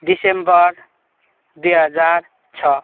दिसम्बर दुई हजार छ